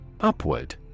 Upward